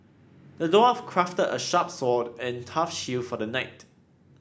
the dwarf crafted a sharp sword and tough shield for the knight